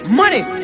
money